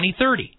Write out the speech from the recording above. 2030